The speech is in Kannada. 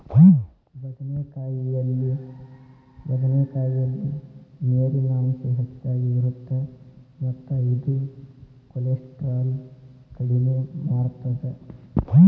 ಬದನೆಕಾಯಲ್ಲಿ ನೇರಿನ ಅಂಶ ಹೆಚ್ಚಗಿ ಇರುತ್ತ ಮತ್ತ ಇದು ಕೋಲೆಸ್ಟ್ರಾಲ್ ಕಡಿಮಿ ಮಾಡತ್ತದ